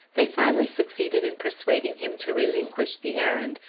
they finally succeeded in persuading him to relinquish the errand,